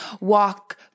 walk